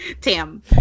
Tam